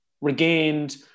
regained